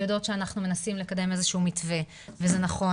הן יודעות שאנחנו מנסים לקדם איזה שהוא מתווה וזה נכון,